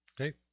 okay